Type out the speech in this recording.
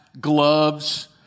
gloves